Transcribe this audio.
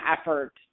effort